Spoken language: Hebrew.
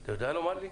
אתה יודע לומר לי?